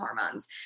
hormones